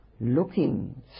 looking